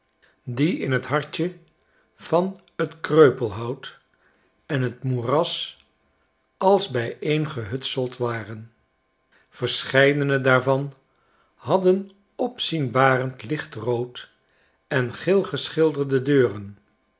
die in t hartje van tkreupelhout en t moeras als bfteengehutseld waren verscheidene daarvan hadden opzienbarend lichtrood en geel geschilderde deuren